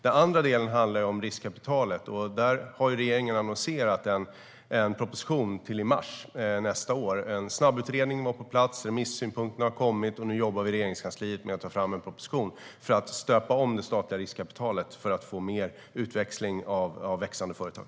Den andra delen handlar om riskkapitalet. Där har regeringen annonserat att det kommer en proposition i mars nästa år. Det har gjorts en snabbutredning, remissynpunkterna har kommit och nu jobbar vi i Regeringskansliet med att ta fram en proposition för att stöpa om det statliga riskkapitalet för att få mer utväxling av växande företag.